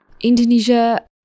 Indonesia